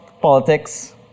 politics